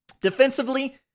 Defensively